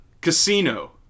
casino